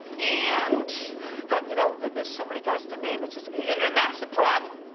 and god, you know there's so many guys to name, it's just and that's the problem!